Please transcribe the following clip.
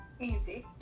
music